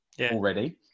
already